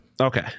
okay